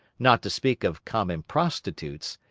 not to speak of common prostitutes,